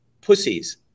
pussies